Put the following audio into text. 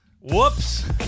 Whoops